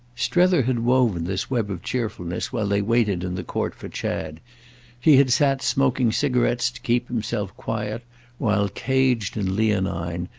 strether had woven this web of cheerfulness while they waited in the court for chad he had sat smoking cigarettes to keep himself quiet while, caged and leonine,